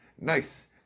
Nice